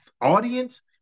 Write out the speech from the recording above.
audience